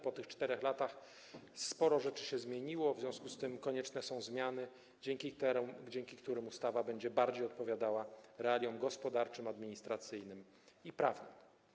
Po 4 latach sporo rzeczy się zmieniło, w związku z tym konieczne są zmiany, dzięki którym ustawa będzie bardziej odpowiadała realiom gospodarczym, administracyjnym i prawnym.